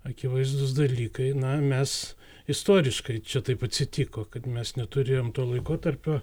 akivaizdūs dalykai na mes istoriškai čia taip atsitiko kad mes neturėjom to laikotarpio